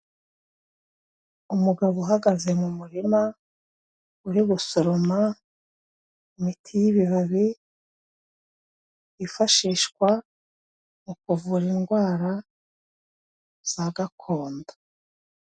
Umugabo uhagaze mu murima uri gusoroma imiti y'ibibabi, yifashishwa mu kuvura indwara za gakondo.